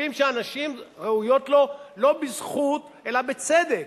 וחושבים שהנשים ראויות לו לא בזכות, אלא בצדק,